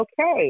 okay